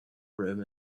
room